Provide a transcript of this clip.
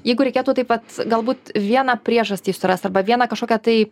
jeigu reikėtų taip pat galbūt vieną priežastį surast arba vieną kažkokią tai